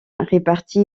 répartis